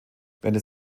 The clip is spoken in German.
während